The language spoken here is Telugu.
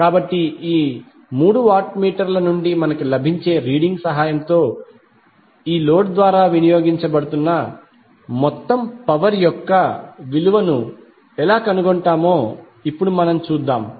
కాబట్టి ఈ మూడు వాట్ మీటర్ల నుండి మనకు లభించే రీడింగ్ సహాయంతో ఈ లోడ్ ద్వారా వినియోగించబడుతున్న మొత్తం పవర్ యొక్క విలువను ఎలా కనుగొంటామో ఇప్పుడు చూద్దాం